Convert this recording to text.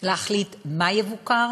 להחליט מה יבוקר,